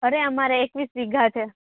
અરે અમારે એકવીસ વીઘા છે